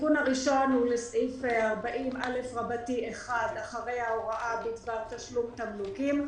התיקון הראשון הוא לסעיף 40א1. אחרי ההוראה בדבר תשלום תמלוגים,